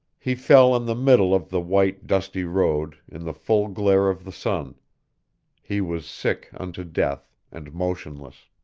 he fell in the middle of the white, dusty road, in the full glare of the sun he was sick unto death, and motionless.